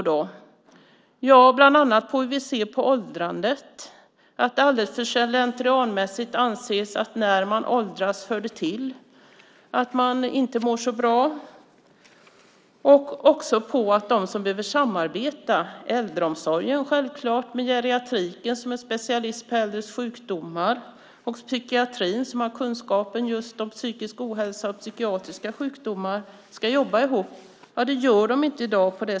Det beror bland annat på hur vi ser på åldrandet. Det är alldeles för slentrianmässigt. Man anser att när människor åldras hör det till att de inte mår så bra. Det beror också på att de som behöver samarbeta och jobba ihop i dag inte gör det på det sätt som behövs. Det gäller självklart äldreomsorgen men också geriatriken, som är specialist på äldres sjukdomar, och psykiatrin, som har kunskapen om psykisk ohälsa och psykiatriska sjukdomar.